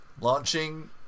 Launching